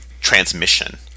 transmission